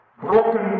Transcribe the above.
Broken